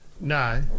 No